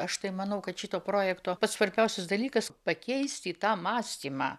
aš tai manau kad šito projekto pats svarbiausias dalykas pakeisti tą mąstymą